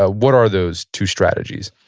ah what are those two strategies?